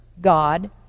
God